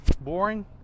boring